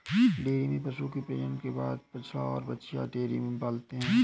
dairy में पशुओं के प्रजनन के बाद बछड़ा और बाछियाँ डेयरी में पलते हैं